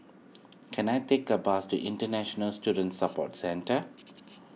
can I take a bus to International Student Support Centre